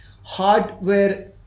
hardware